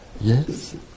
Yes